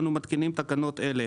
אנו מתקינים תקנות אלה: